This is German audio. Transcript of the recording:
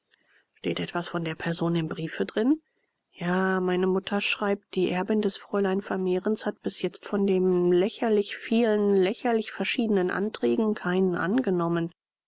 steht etwas von der person im briefe drin ja meine mutter schreibt die erbin des fräuleins vermehren hat bis jetzt von den lächerlich vielen und lächerlich verschiedenen anträgen keinen angenommen